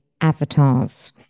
avatars